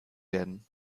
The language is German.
werden